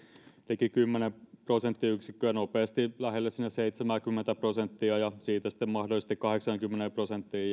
liki kymmenen prosenttiyksikköä nopeasti lähelle seitsemääkymmentä prosenttia ja siitä sitten mahdollisesti kahdeksaankymmeneen prosenttiin